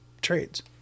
trades